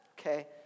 Okay